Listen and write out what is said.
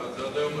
זה נכון.